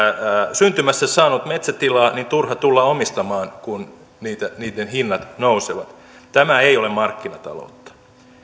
syntymässä saanut metsätilaa niin turha tulla omistamaan kun niiden hinnat nousevat tämä ei ole markkinataloutta